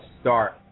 start